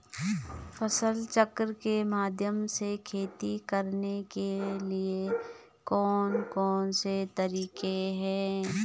फसल चक्र के माध्यम से खेती करने के लिए कौन कौन से तरीके हैं?